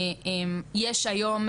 יש היום,